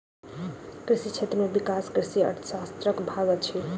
कृषि क्षेत्र में विकास कृषि अर्थशास्त्रक भाग अछि